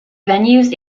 venues